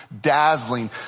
dazzling